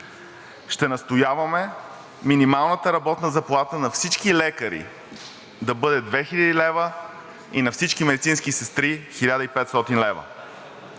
Ще настояваме минималната работна заплата на всички лекари да бъде 2000 лв. и на всички медицински сестри 1500 лв.